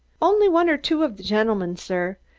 only one or two of the gentlemen, sir.